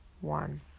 one